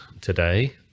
today